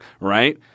right